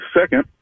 Second